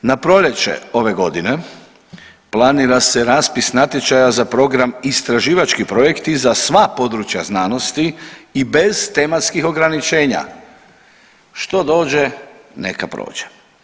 Na proljeće ove godine planira se raspis natječaja za program istraživački projekti za sva područja znanosti i bez tematskih ograničenja, što dođe neka prođe.